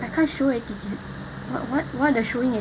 I can't show attitude but what what they're showing